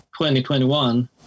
2021